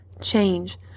change